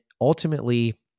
ultimately